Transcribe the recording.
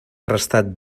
restat